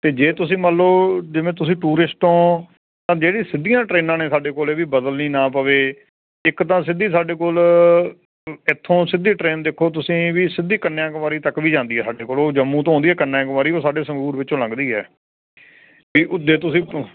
ਅਤੇ ਜੇ ਤੁਸੀਂ ਮੰਨ ਲਓ ਜਿਵੇ ਤੁਸੀ ਟੂਰਿਸਟ ਹੋ ਤਾਂ ਜਿਹੜੀਆਂ ਸਿੱਧੀਆ ਟ੍ਰੇਨਾਂ ਨੇ ਸਾਡੇ ਕੋਲ ਕਿ ਬਦਲਣੀ ਨਾ ਪਵੇ ਇੱਕ ਤਾਂ ਸਿੱਧੀ ਸਾਡੇ ਕੋਲ ਇੱਥੋ ਸਿੱਧੀ ਟਰੇਨ ਦੇਖੋ ਤੁਸੀ ਵੀ ਸਿੱਧੀ ਕੰਨਿਆਂ ਕੁਮਾਰੀ ਤੱਕ ਵੀ ਜਾਂਦੀ ਹੈ ਸਾਡੇ ਕੋਲ ਉਹ ਜੰਮੂ ਤੋਂ ਆਉਂਦੀ ਕੰਨਿਆ ਕੁਮਾਰੀ ਉਹ ਸਾਡੇ ਸੰਗਰੂਰ ਵਿੱਚੋਂ ਲੰਘਦੀ ਹੈ ਵੀ ਉਦੇ ਤੁਸੀਂ